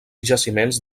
jaciments